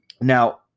Now